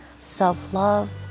self-love